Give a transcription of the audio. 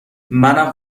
منم